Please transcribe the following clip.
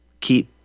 keep